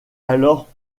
alors